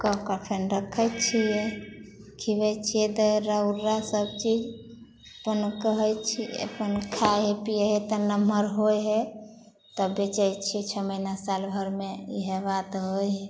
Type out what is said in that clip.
कऽ के फेन रक्खै छियै खीअबै छियै दर्रा उर्रा सब चीज फेरो कहै छियै अपन खाय हइ पीए हइ तऽ नमहर होइ हइ तब बेचै छियै छओ महीना साल भरिमे इएह बात हइ